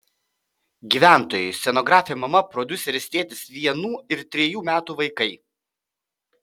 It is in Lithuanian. gyventojai scenografė mama prodiuseris tėtis vienų ir trejų metų vaikai